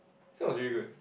this one was really good